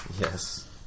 Yes